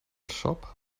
shop